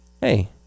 hey